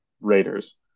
Raiders